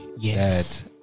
Yes